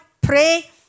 pray